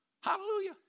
Hallelujah